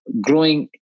growing